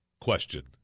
question